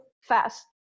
fast